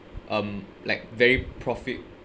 um like very profit